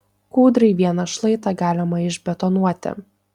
kūdrai vieną šlaitą galima išbetonuoti